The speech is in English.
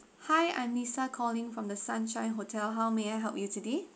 hi I'm lisa calling from the sunshine hotel how may I help you today